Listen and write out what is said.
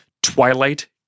Twilight